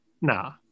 nah